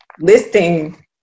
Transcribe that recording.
listing